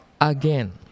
again